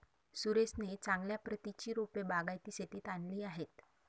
सुरेशने चांगल्या प्रतीची रोपे बागायती शेतीत आणली आहेत